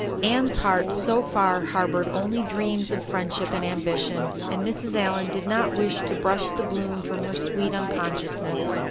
anne's heart so far harbored only dreams of friendship and ambition, and mrs. allan did not wish to brush the bloom from her sweet unconsciousness.